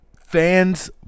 fans